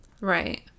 Right